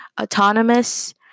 autonomous